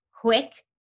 quick